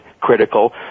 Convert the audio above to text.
Critical